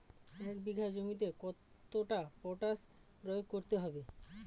এক বিঘে জমিতে কতটা পটাশ প্রয়োগ করতে হবে?